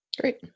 Great